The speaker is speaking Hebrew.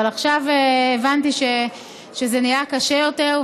אבל עכשיו הבנתי שזה נהיה קשה יותר,